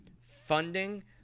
funding